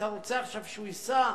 ואתה רוצה עכשיו שהוא ייסע,